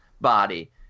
body